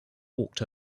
walked